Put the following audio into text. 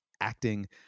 acting